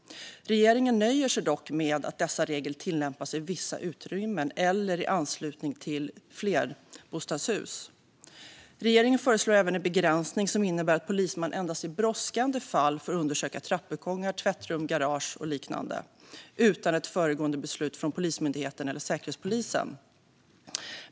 Regeringen nöjer sig dock med att dessa regler tillämpas i vissa utrymmen eller i anslutning till flerbostadshus. Regeringen föreslår även en begränsning som innebär att polisman endast i brådskande fall får undersöka trappuppgångar, tvättrum, garage och liknande utan ett föregående beslut från Polismyndigheten eller Säkerhetspolisen.